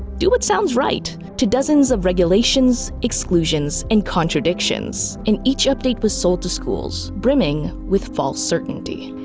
do what sounds right, to dozens of regulations, exclusions and contradictions. and each update was sold to schools, brimming with false certainty.